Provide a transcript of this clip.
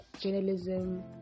journalism